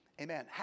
Amen